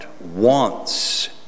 wants